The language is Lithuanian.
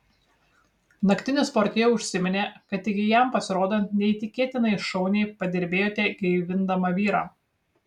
naktinis portjė užsiminė kad iki jam pasirodant neįtikėtinai šauniai padirbėjote gaivindama vyrą